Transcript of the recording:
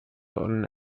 und